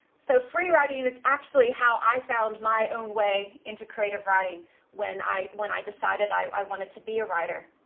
so, freewriting is actually how i found my own way into creative writing when i when i decided i wanted to be a writer.